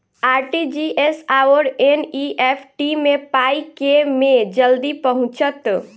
RTGS आओर NEFT मे पाई केँ मे जल्दी पहुँचत?